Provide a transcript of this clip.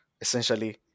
essentially